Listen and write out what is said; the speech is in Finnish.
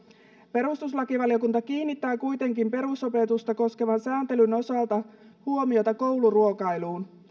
perustuslakivaliokunta kiinnittää kuitenkin perusopetusta koskevan sääntelyn osalta huomiota kouluruokailuun